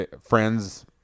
friends